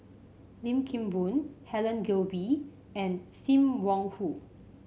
Lim Kim Boon Helen Gilbey and Sim Wong Hoo